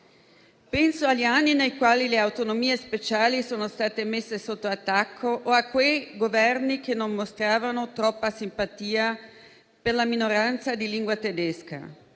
Penso agli anni nei quali le autonomie speciali sono state messe sotto attacco o a quei Governi che non mostravano troppa simpatia per la minoranza di lingua tedesca.